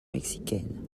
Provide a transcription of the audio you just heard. mexicaine